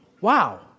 Wow